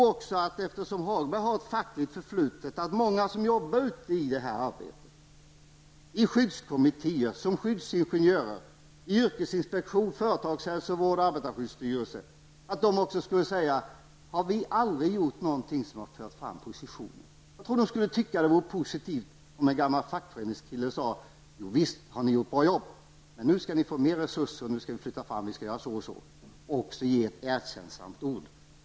Eftersom Lars-Ove Hagberg har ett fackligt förflutet tror jag också att många som jobbar i skyddskommittéer, som skyddsingenjörer, i yrkesinspektion, företagshälsovård och arbetarskyddsstyrelse skulle säga: Har vi aldrig gjort någonting som fört fram positionerna? Jag tror att de skulle tycka att det var positivt om en gammal fackföreningskille sade: Visst har ni gjort bra jobb, men nu skall ni få mer resurser, nu skall vi flytta fram positionerna. Vi skall göra så och så och även ge ett erkännsamt ord.